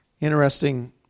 Interesting